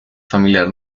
familiar